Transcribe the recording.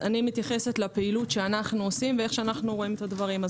אתייחס לפעילות שאנו עושים ואיך שאנו רואים את הדברים.